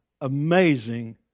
amazing